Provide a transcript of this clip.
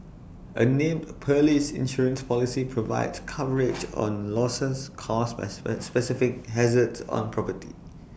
A named Perils Insurance Policy provides coverage on losses caused by specific hazards on property